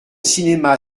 cinéma